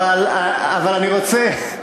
כך, אל חשש.